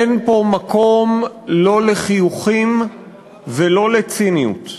אין פה מקום לא לחיוכים ולא לציניות.